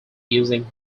using